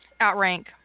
outrank